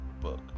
book